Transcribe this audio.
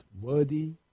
Worthy